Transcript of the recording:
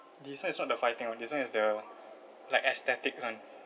this [one] is not the fighting [one] this [one] is the like aesthetics [one]